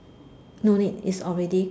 no need it's already